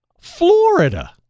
Florida